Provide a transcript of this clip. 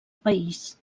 país